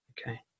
Okay